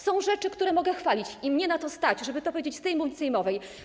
Są rzeczy, które mogę chwalić, i mnie na to stać, żeby to powiedzieć z tej mównicy sejmowej.